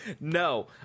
No